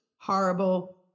horrible